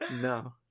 no